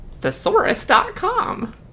Thesaurus.com